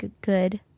good